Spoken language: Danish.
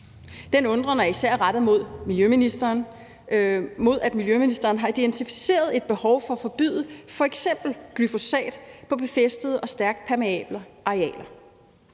Den undren er især rettet mod, at miljøministeren har identificeret et behov for at forbyde f.eks. glyfosat på befæstede eller stærkt permeable arealer.